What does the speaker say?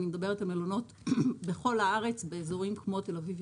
אני מדברת על מלונות בכל הארץ באזורים כמו תל אביב,